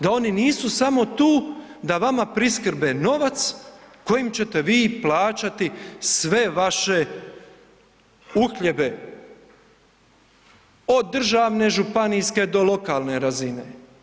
Da oni nisu samo tu da vama priskrbe novac kojim ćete vi plaćati sve vaše uhljebe od državne, županijske do lokalne razine.